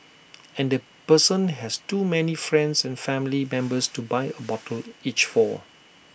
and the person has too many friends and family members to buy A bottle each for